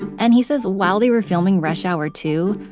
and he says while they were filming rush hour two,